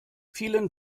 vielen